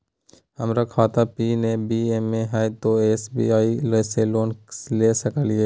हमर खाता पी.एन.बी मे हय, तो एस.बी.आई से लोन ले सकलिए?